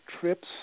trips